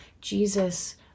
Jesus